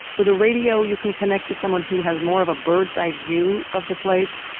with a radio, you can connect to someone who has more of a birds-eye view of the place.